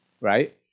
right